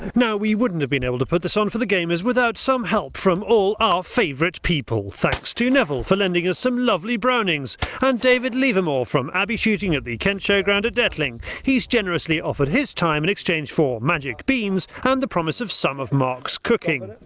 now we wouldn't have been able to put this on for the gamers without some help from all our favourite people. thanks to neville for lending us some lovely brownings and david levermore from abbey shooting at the kent show ground at detling. he is generously offered his time in exchange for magic beans and the promise of some of mark's cooking.